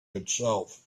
itself